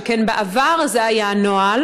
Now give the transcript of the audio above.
שכן בעבר זה היה הנוהל,